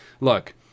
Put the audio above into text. look